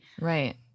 Right